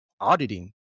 auditing